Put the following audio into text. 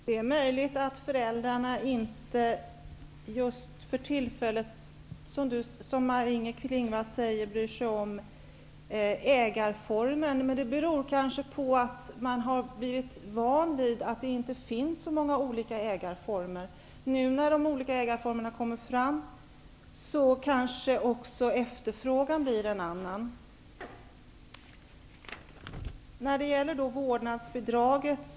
Herr talman! Det är möjligt att föräldrarna inte just för tillfället, som Maj-Inger Klingvall säger, bryr sig om ägarformen. Det beror kanske på att de har blivit vana vid att det inte finns så många ägarformer. Nu när de olika ägarformerna kommer fram kanske också efterfrågan blir större. Vidare har vi frågan om vårdnadsbidraget.